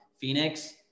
Phoenix